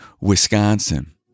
Wisconsin